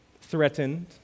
threatened